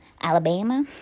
Alabama